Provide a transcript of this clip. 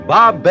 Bob